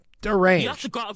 deranged